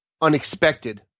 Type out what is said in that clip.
unexpected